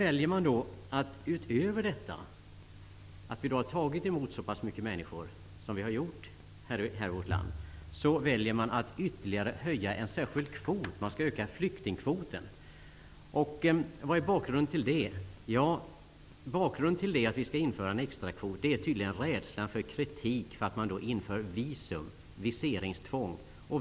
Utöver att vi i vårt land har tagit emot så mycket människor väljer man sedan att ytterligare utöka en särskild kvot -- flyktingkvoten skall utökas. Vad är då bakgrunden till det? Jo, bakgrunden till att vi skall införa en extrakvot är tydligen rädslan för kritik för införandet av viseringstvång.